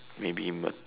maybe what